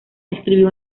escribió